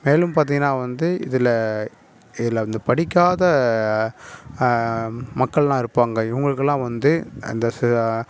மேலும் பார்த்திங்கனா வந்து இதில் இதில் இந்த படிக்காத மக்கள்லாம் இருப்பாங்க இவங்களுக்குலாம் வந்து அந்த